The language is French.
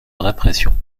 répression